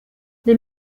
les